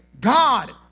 God